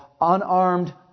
Unarmed